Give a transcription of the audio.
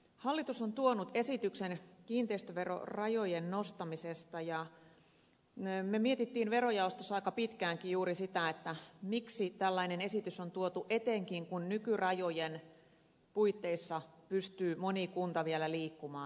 hallitus on tuonut esityksen kiinteistöverorajojen nostamisesta ja me mietimme verojaostossa aika pitkäänkin juuri sitä miksi tällainen esitys on tuotu etenkin kun nykyrajojen puitteissa pystyy moni kunta vielä liikkumaan